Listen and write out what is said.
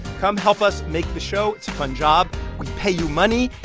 come help us make the show. it's a fun job. we pay you money.